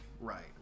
Right